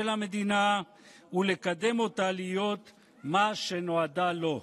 המדינה ולקדם אותה להיות מה שנועדה לו.